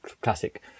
classic